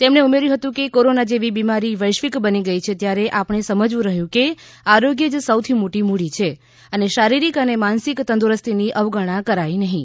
તેમણે ઉમેર્યું હતું કે કોરોના જેવી બીમારી વૈશ્વિક બની ગઈ ત્યારે આપણે સમજવું રહ્યું કે આરોગ્ય જ સૌથી મોટી મૂડી છે અને શારીરિક અને માનસિક તંદુરસ્તીની અવગણના કરાય નહીં